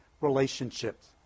relationships